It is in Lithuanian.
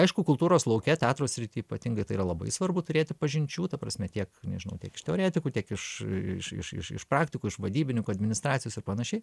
aišku kultūros lauke teatro srity ypatingai tai yra labai svarbu turėti pažinčių ta prasme tiek nežinau tiek iš teoretikų tiek iš iš iš iš praktikų iš vadybininkų administracijos ir panašiai